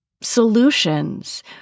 solutions